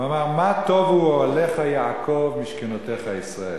הוא אמר: מה טובו אוהליך יעקב משכנותיך ישראל.